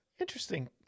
Interesting